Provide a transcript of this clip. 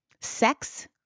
Sex